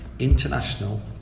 International